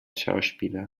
schauspieler